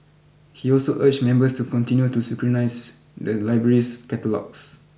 he also urged members to continue to scrutinise the library's catalogues